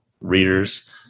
readers